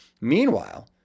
Meanwhile